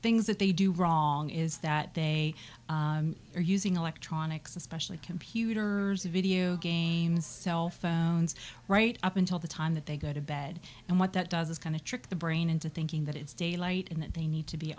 things that they do wrong is that they are using electronics especially computer video games cell phones right up until the time that they go to bed and what that does is kind of trick the brain into thinking that it's daylight and that they need to be